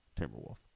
Timberwolf